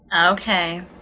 Okay